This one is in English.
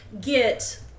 get